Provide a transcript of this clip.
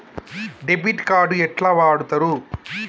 Debit card ఎట్లా వాడుతరు?